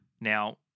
Now